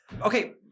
Okay